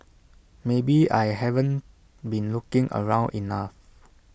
maybe I haven't been looking around enough